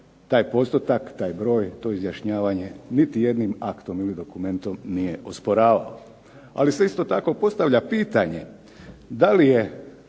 taj postotak, taj broj, to izjašnjavanje nit jednim aktom ili dokumentom nije osporavao. Ali se isto tako postavlja pitanje da li je